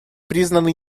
признаны